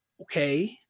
Okay